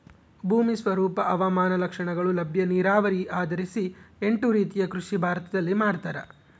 ಭೂಮಿ ಸ್ವರೂಪ ಹವಾಮಾನ ಲಕ್ಷಣಗಳು ಲಭ್ಯ ನೀರಾವರಿ ಆಧರಿಸಿ ಎಂಟು ರೀತಿಯ ಕೃಷಿ ಭಾರತದಲ್ಲಿ ಮಾಡ್ತಾರ